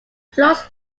flows